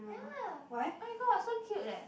ya my god so cute leh